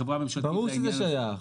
ברור שזה שייך.